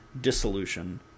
dissolution